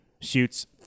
shoots